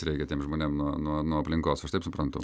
reikia tiem žmonėm nuo nuo nuo aplinkos aš taip suprantu